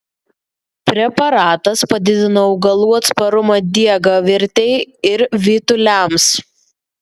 preparatas padidina augalų atsparumą diegavirtei ir vytuliams